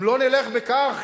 אם לא נלך בכך,